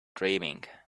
dreaming